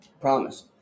promise